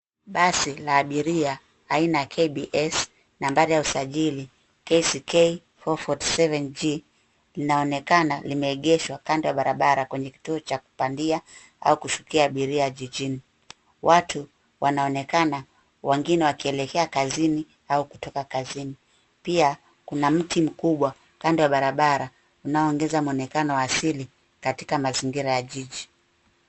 Basi la abiria aina ya KBS, nambari ya usajili KCK 447 G, linaonekana limeegeshwa kando ya barabara kwenye kituo cha kupandia au kushukia abiria jijini. Watu wanaonekana wengine wakielekea kazini au kutoka kazini. Pia kuna mti mkubwa kando ya barabara unaongeza mwonekano asili katika mazingira ya jiji.